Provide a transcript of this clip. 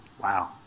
Wow